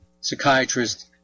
psychiatrist